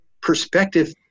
perspective